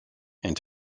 and